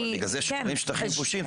אבל בגלל שזה שאומרים שטחים כבושים,